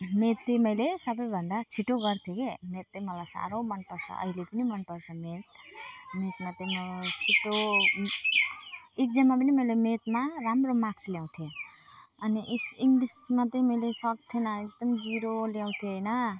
math चाहिँ मैले सबैभन्दा छिटो गर्थेँ के म्याथ चाहिँ मलाई साह्रो मनपर्छ अहिले पनि मनपर्छ म्याथ म्याथमा चाहिँ म छिटो एक्जाममा पनि मैले म्याथमा राम्रो मार्क्स ल्याउँथेँ अनि यस इङ्लिसमा चाहिँ मैले सक्थिनँ एकदम जिरो ल्याउँथेँ होइन